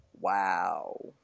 Wow